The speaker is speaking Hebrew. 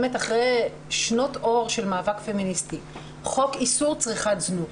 אחרי שנות אור של מאבק פמיניסטי - חוק איסור צריכת זנות,